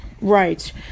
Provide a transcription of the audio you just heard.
Right